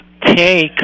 take